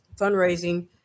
fundraising